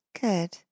Good